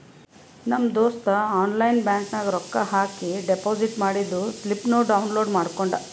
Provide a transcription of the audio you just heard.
ನಮ್ ದೋಸ್ತ online bank ನಾಗ್ ರೊಕ್ಕಾ ಹಾಕಿ ಡೆಪೋಸಿಟ್ ಮಾಡಿದ್ದು ಸ್ಲಿಪ್ನೂ ಡೌನ್ಲೋಡ್ ಮಾಡ್ಕೊಂಡ್